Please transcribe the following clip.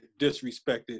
disrespected